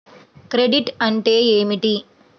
Credit అంటే ఏమిటి?